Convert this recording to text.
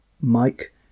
Mike